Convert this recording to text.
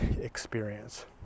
experience